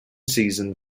season